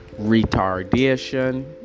retardation